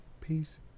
peace